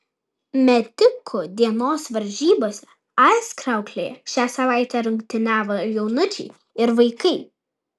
metikų dienos varžybose aizkrauklėje šią savaitę rungtyniavo jaunučiai ir vaikai